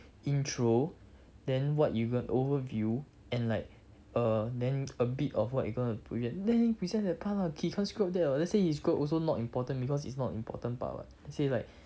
intro then what you got overview and like err then a bit of what you gonna present let him present that part lah he can't screw up that [what] let's say he's good also not important because it's not important part [what] let's say like